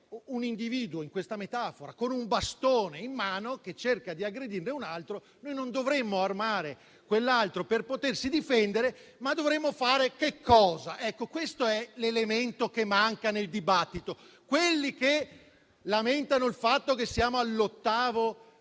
un individuo con un bastone in mano che cerca di aggredire un altro, noi non dovremmo armare quell'altro per potersi difendere, ma dovremmo fare cosa? Ecco, questo è l'elemento che manca nel dibattito. Quelli che lamentano il fatto che siamo all'ottavo